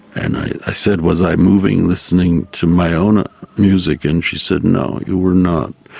and i said, was i moving listening to my own music? and she said, no, you were not.